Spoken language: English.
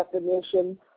definition